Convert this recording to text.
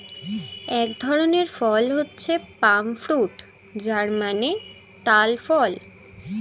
এক ধরনের ফল হচ্ছে পাম ফ্রুট যার মানে তাল ফল